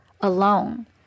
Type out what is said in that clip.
alone